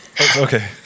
Okay